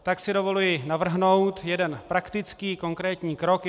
Tak si dovoluji navrhnout jeden praktický konkrétní krok.